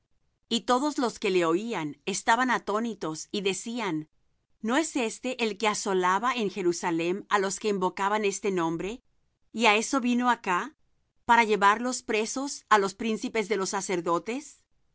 y todos los que le oían estaban atónitos y decían no es éste el que asolaba en jerusalem á los que invocaban este nombre y á eso vino acá para llevarlos presos á los príncipes de los sacerdotes